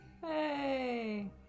Hey